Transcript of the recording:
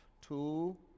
two